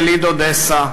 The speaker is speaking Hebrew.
יליד אודסה,